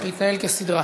להתנהל כסדרה.